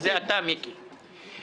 וזה אתה, מיקי.